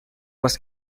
was